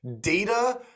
data